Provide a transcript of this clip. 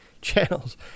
channels